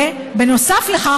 ובנוסף לכך,